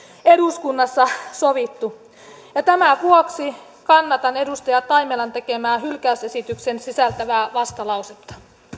eduskunnassa sovittu tämän vuoksi kannatan edustaja taimelan tekemää hylkäysesityksen sisältävää vastalausetta